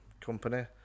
company